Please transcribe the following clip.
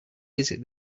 visit